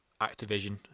Activision